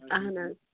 اَہَن حظ